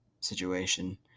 situation